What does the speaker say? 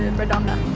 and redonda.